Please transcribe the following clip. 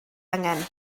angen